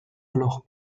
alors